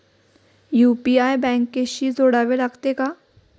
UPI बँकेशी जोडावे लागते का?